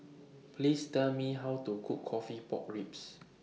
Please Tell Me How to Cook Coffee Pork Ribs